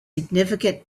significant